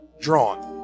drawn